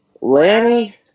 Lanny